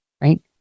right